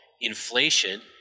inflation